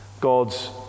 God's